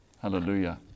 Hallelujah